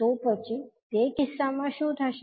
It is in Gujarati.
તો પછી તે કિસ્સામાં શું થશે